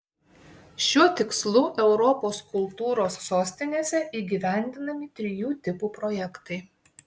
šiuo tikslu europos kultūros sostinėse įgyvendinami trijų tipų projektai